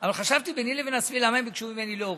אבל חשבתי ביני לבין עצמי: למה הם ביקשו ממני להוריד?